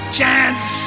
chance